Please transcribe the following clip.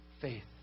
faith